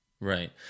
Right